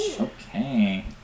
Okay